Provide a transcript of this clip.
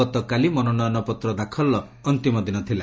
ଗତକାଲି ମନୋନୟନ ପତ୍ର ଦାଖଲର ଅନ୍ତିମ ଦିନ ଥିଲା